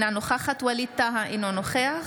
אינה נוכחת ווליד טאהא, אינו נוכח